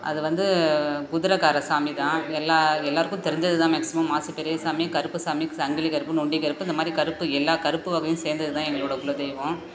அது வந்து குதிரகார சாமி தான் எல்லா எல்லோருக்கும் தெரிஞ்சது தான் மேக்ஸிமம் மாசி பெரியசாமி கருப்புசாமி சங்கிலி கருப்பு நொண்டி கருப்பு இந்த மாதிரி கருப்பு எல்லா கருப்பு வகையும் சேர்ந்தது தான் எங்களோடய குலதெய்வம்